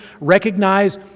Recognize